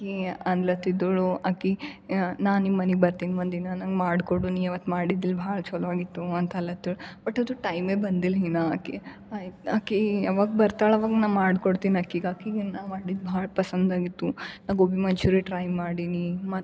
ಆಕಿ ಅನ್ಲತಿದ್ದಳು ಆಕಿ ನಾ ನಿಮ್ಮ ಮನೆಗ್ ಬರ್ತಿನಿ ಒಂದಿನ ನಂಗೆ ಮಾಡ್ಕೊಡು ನಿ ಆವತ್ತು ಮಾಡಿದಿಲ್ ಭಾಳ್ ಚಲೋ ಆಗಿತ್ತು ಅಂತಲತೇಳಿ ಬಟ್ ಅದು ಟೈಮೆ ಬಂದಿಲ್ಲ ಇನ್ನು ಆಕಿ ಆಯ್ ಆಕಿ ಯಾವಾಗ ಬರ್ತಾಳೆ ಆವಾಗ ನಾ ಮಾಡ್ಕೊಡ್ತಿನಿ ಆಕಿಗೆ ಆಕಿಗಿ ನಾ ಮಾಡಿದ್ದು ಭಾಳ ಪಸಂದಾಗಿತ್ತು ನಾ ಗೋಬಿ ಮಂಚೂರಿ ಟ್ರೈ ಮಾಡೀನಿ ಮತ್ತು